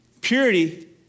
Purity